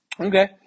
okay